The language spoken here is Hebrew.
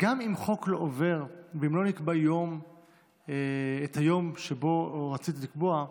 גם אם חוק לא עובר, ולא נקבע היום שבו רצית לקבוע,